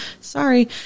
sorry